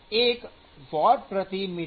૧ Wm